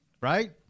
Right